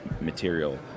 material